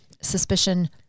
suspicion